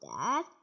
dad